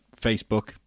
Facebook